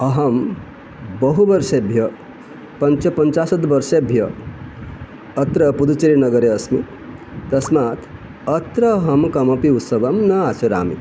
अहं बहुवर्षेभ्यः पञ्चपञ्चाशद्वर्षेभ्यः अत्र पुदुचेरिनगरे अस्मि तस्मात् अत्र अहं कमपि उत्सवं न आचरामि